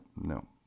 no